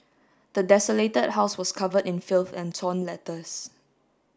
the desolated house was covered in filth and torn letters